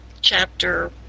chapter